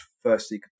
Firstly